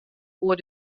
oer